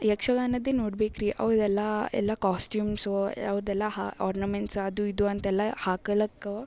ಯಕ್ಷಗಾನದ್ದೇ ನೋಡ್ಬೇಕು ರೀ ಅವರೆಲ್ಲಾ ಎಲ್ಲ ಕಾಸ್ಟ್ಯೂಮ್ಸ್ ಅವ್ರದ್ದೆಲ್ಲ ಹ ಆರ್ನಮೆಂಟ್ಸ್ ಅದು ಇದು ಅಂತೆಲ್ಲ ಹಾಕಳೋಕ್ ಅವು